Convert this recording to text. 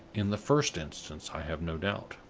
in the first instance, i have no doubt.